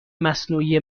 مصنوعی